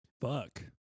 fuck